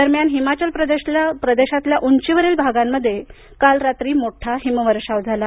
दरम्यान हिमाचल प्रदेशातल्या उंचीवरील भागांमध्ये काल रात्री मोठा हिमवर्षाव झाला